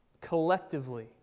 collectively